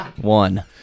One